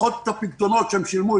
לפחות את הפיקדונות שהם שילמו,